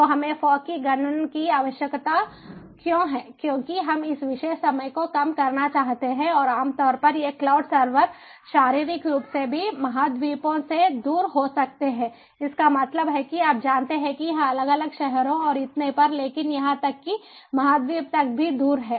तो हमें फॉग की गणना की आवश्यकता क्यों है क्योंकि हम इस विशेष समय को कम करना चाहते हैं और आम तौर पर ये क्लाउड सर्वर शारीरिक रूप से भी महाद्वीपों से दूर हो सकते हैं इसका मतलब है कि आप जानते हैं कि यह अलग अलग शहरों और इतने पर है लेकिन यहां तक कि महाद्वीप तक भी दूर हैं